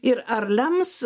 ir ar lems